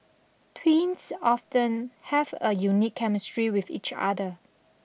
twins often have a unique chemistry with each other